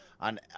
on